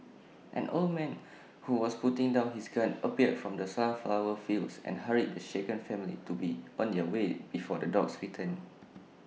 an old man who was putting down his gun appeared from the sunflower fields and hurried the shaken family to be on their way before the dogs return